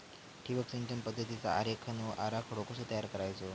ठिबक सिंचन पद्धतीचा आरेखन व आराखडो कसो तयार करायचो?